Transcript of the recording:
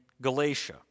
Galatia